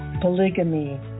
polygamy